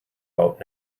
out